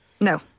No